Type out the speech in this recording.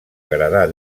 agradar